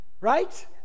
Right